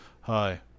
hi